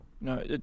No